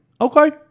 Okay